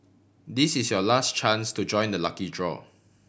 this is your last chance to join the lucky draw